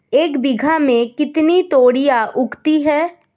एक बीघा में कितनी तोरियां उगती हैं?